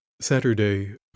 Saturday